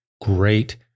Great